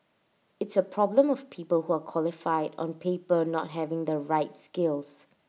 it's A problem of people who are qualified on paper not having the right skills